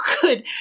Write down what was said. good